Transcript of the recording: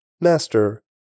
Master